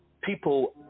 People